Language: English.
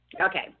Okay